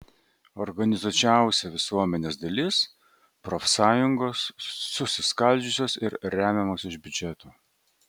organizuočiausia visuomenės dalis profsąjungos susiskaldžiusios ir remiamos iš biudžeto